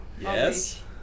yes